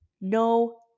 No